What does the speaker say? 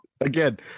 Again